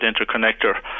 interconnector